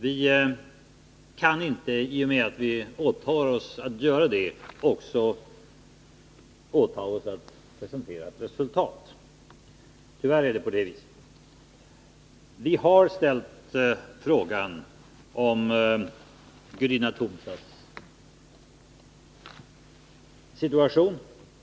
Tyvärr kan vi inte, i och med att vi åtar oss att göra det, också åta oss att presentera ett resultat. Vi har ställt frågan om Gudina Tumsas situation.